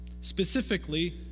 Specifically